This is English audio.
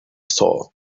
saw